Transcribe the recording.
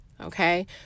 Okay